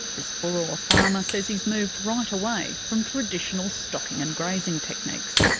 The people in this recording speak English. this boorowa farmer says he's moved right away from traditional stocking and grazing techniques.